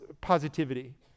positivity